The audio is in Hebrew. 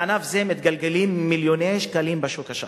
בענף זה מתגלגלים מיליוני שקלים בשוק השחור.